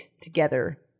together